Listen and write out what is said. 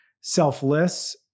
selfless